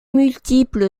multiple